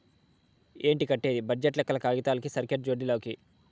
ఏంది కట్టేది బడ్జెట్ లెక్కలు కాగితాలకి, సర్కార్ జోడి లోకి